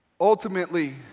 Ultimately